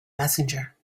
messenger